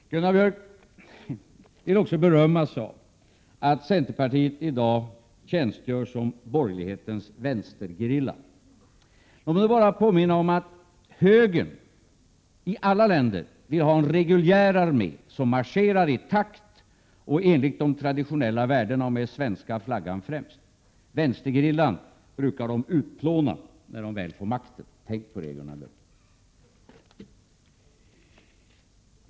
Gunnar Björk vill också berömma sig av att centerpartiet i dag tjänstgör som borgerlighetens vänstergerilla. Låt mig då bara påminna om att högern — i alla länder — vill ha en reguljär armé, som marscherar i takt och enligt de traditionella värdena, med svenska flaggan främst. Vänstergerillan brukar de utplåna när de väl får makten — tänk på det, Gunnar Björk!